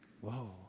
Whoa